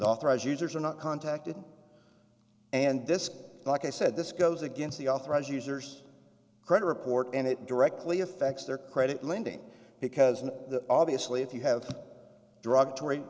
authorized users are not contacted and this like i said this goes against the authorized users credit report and it directly affects their credit lending because an obviously if you have a derogatory